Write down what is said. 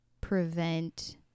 prevent